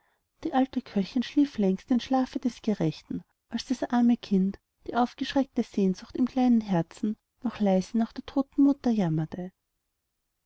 die alte köchin schlief längst den schlaf des gerechten als das arme kind die aufgeschreckte sehnsucht im kleinen herzen noch leise nach der toten mutter jammerte